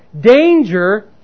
danger